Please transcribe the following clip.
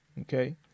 okay